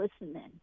listening